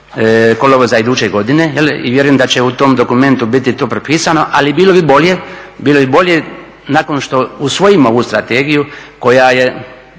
kolovoza iduće godine i vjerujem da će u tom dokumentu biti to propisano. Ali bilo bi bolje nakon što usvojimo ovu strategiju koja je,